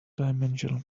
dimensional